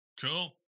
Cool